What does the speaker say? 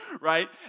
right